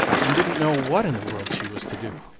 and didn't know what in the world she was to do.